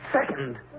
second